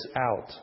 out